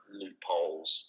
loopholes